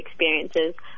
experiences